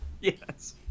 yes